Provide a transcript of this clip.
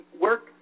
work